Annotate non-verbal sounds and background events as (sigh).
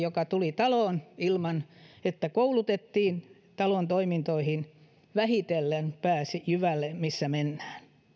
(unintelligible) joka tuli taloon ilman että koulutettiin talon toimintoihin vähitellen pääsi jyvälle siitä missä mennään